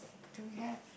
don't have